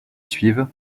suivent